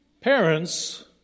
parents